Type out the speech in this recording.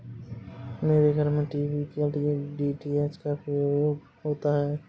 मेरे घर में टीवी के लिए डी.टी.एच का प्रयोग होता है